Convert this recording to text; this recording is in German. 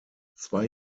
zwei